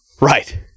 Right